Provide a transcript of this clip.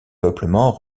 peuplement